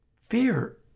fear